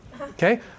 okay